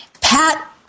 Pat